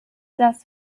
das